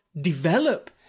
develop